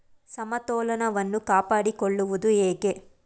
ಸಮತೋಲನವನ್ನು ಕಾಪಾಡಿಕೊಳ್ಳುವುದು ಹೇಗೆ?